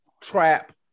trap